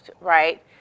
right